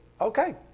okay